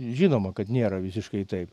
žinoma kad nėra visiškai taip